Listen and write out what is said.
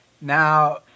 Now